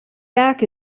back